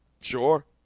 Sure